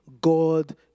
God